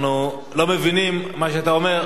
אנחנו לא מבינים את מה שאתה אומר,